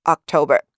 October